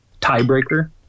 tiebreaker